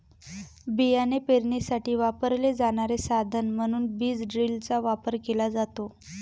बियाणे पेरणीसाठी वापरले जाणारे साधन म्हणून बीज ड्रिलचा वापर केला जातो